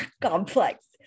complex